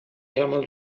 camel